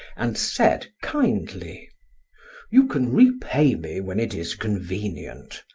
and said kindly you can repay me when it is convenient.